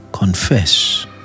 confess